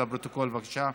לפרוטוקול, בבקשה.